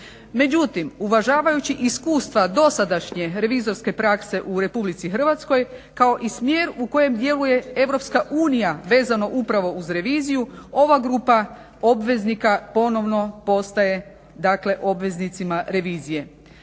Međutim uvažavajući iskustva dosadašnje revizorske prakse u RH kao i smjer u kojem djeluje EU vezano upravo uz reviziju, ova grupa obveznika ponovno postaje dakle obveznicima revizije.